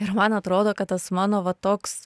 ir man atrodo kad tas mano va toks